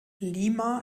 lima